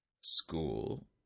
school